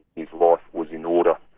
his life, was in order.